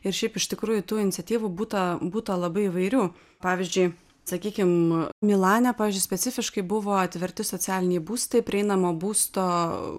ir šiaip iš tikrųjų tų iniciatyvų būta būta labai įvairių pavyzdžiui sakykim milane pavyzdžiui specifiškai buvo atverti socialiniai būstai prieinamo būsto